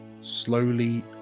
slowly